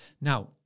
now